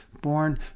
born